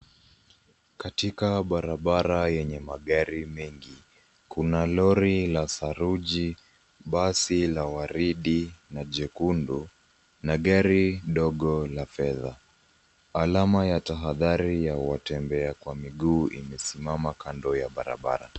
Katika barabara yenye magari mengi kuna lori la saruji ,basi la waridi na jekundu na gari dogo la fedha. Alama ya tahadahari ya watembea kwa miguu imesimama kando ya barabara.